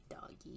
doggy